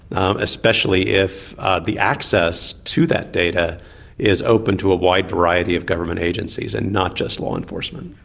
especially if the access to that data is open to a wide variety of government agencies and not just law enforcement.